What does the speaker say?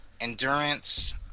endurance